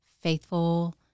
faithful